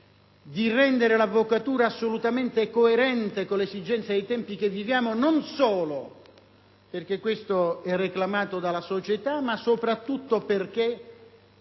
di rendere l'avvocatura assolutamente coerente con le esigenze ed i tempi che viviamo, non solo perché così viene reclamato dalla società, ma soprattutto perché